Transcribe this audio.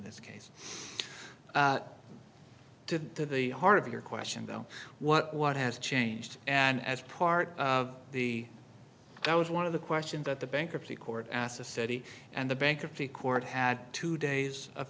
this case to the heart of your question though what what has changed and as part of the that was one of the questions that the bankruptcy court asked a city and the bankruptcy court had two days of